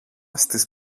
στις